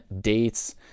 dates